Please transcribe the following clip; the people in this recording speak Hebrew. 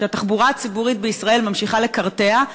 כשהתחבורה הציבורית בישראל ממשיכה לקרטע.